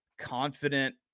confident